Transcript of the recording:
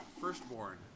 Firstborn